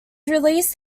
released